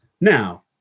Now